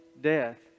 death